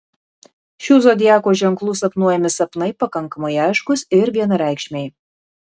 šių zodiako ženklų sapnuojami sapnai pakankamai aiškūs ir vienareikšmiai